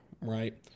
right